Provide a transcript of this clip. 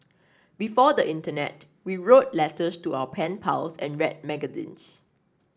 before the internet we wrote letters to our pen pals and read magazines